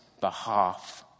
behalf